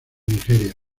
nigeria